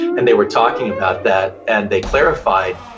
and they were talking about that, and they clarified,